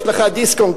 יש לך דיסק-און-קי,